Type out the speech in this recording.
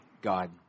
God